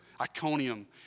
Iconium